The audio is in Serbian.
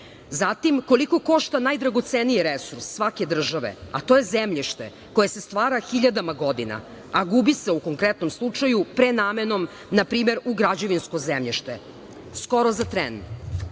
Zatim, koliko košta najdragoceniji resurs svake države, a to je zemljište koje se stvara hiljadama godina, a gubi se u konkretnom slučaju prenamenom npr. u građevinsko zemljište? Skoro za tren.